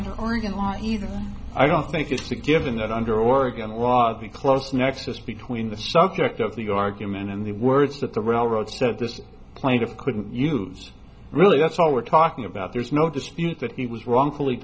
under oregon law either i don't think it's a given that under oregon law the close nexus between the subject of the argument in the words that the railroad said this plaintiff couldn't use really that's all we're talking about there's no dispute that he was wrongfully